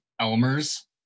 Elmer's